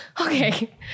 Okay